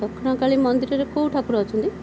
ଦକ୍ଷିଣକାଳୀ ମନ୍ଦିରରେ କେଉଁ ଠାକୁର ଅଛନ୍ତି